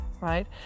right